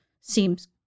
seems